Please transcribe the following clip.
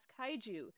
kaiju